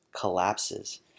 collapses